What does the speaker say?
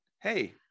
hey